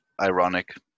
Ironic